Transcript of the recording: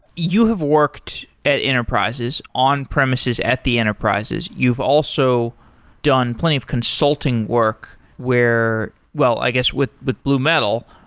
you have worked at enterprises on premises at the enterprises. you've also done plenty of consulting work where well, i guess with with blue metal,